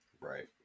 right